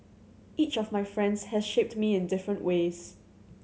each of my friends has shaped me in different ways